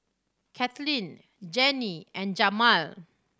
Kathlyn Jenni and Jamal